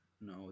No